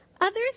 others